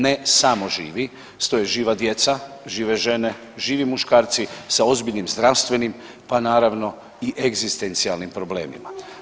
Ne samo živi, stoje živa djeca, žive žene, živi muškarci sa ozbiljnim zdravstvenim, pa naravno i egzistencijalnim problemima.